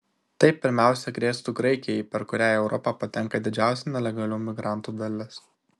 tai pirmiausia grėstų graikijai per kurią į europą patenka didžiausia nelegalių migrantų dalis